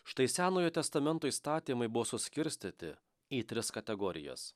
štai senojo testamento įstatymai buvo suskirstyti į tris kategorijas